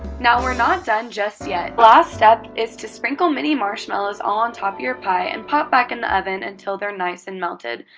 now, we're not done just yet. last step is to sprinkle mini marshmallows all on top of your pie and pop back in the oven until they're nice and melted.